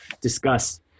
discuss